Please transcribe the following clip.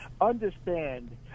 understand